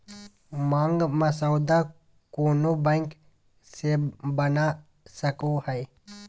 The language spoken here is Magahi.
मांग मसौदा कोनो बैंक से बना सको हइ